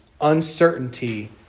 uncertainty